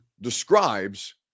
describes